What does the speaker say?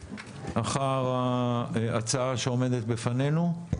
אחר ההצעה שעומדת בפנינו.